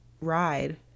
ride